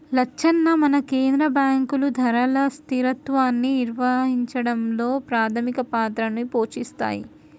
లచ్చన్న మన కేంద్ర బాంకులు ధరల స్థిరత్వాన్ని నిర్వహించడంలో పాధమిక పాత్రని పోషిస్తాయి